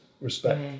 respect